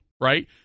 right